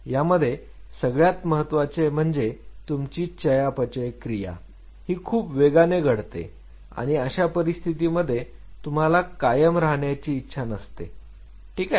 त्यामध्ये सगळ्यात महत्त्वाचे म्हणजे तुमची चयापचय क्रिया ही खूप वेगाने घडते आणि अशा परिस्थितीमध्ये तुम्हाला कायम राहण्याची इच्छा नसते ठीक आहे